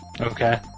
Okay